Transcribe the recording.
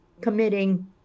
committing